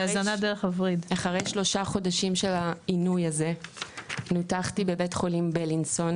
של העינוי הזה נותחתי בבית חולים בילינסון,